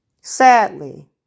Sadly